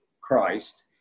Christ